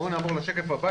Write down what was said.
בואו נעבור לשקף הבא.